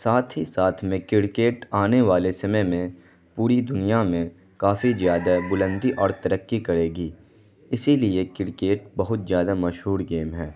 ساتھ ہی ساتھ میں کڑکٹ آنے والے سمے میں پوری دنیا میں کافی زیادہ بلندی اور ترقی کرے گی اسی لیے کرکٹ بہت زیادہ مشہور گیم ہے